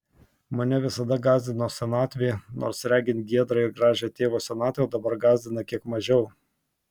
mane visada gąsdino senatvė nors regint giedrą ir gražią tėvo senatvę dabar gąsdina kiek mažiau